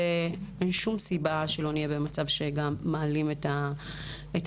אין שום סיבה שלא נהיה שמעלים את המענק,